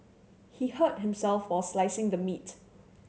he hurt himself while slicing the meat